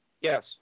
Yes